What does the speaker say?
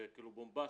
זה כאילו בומבסטי,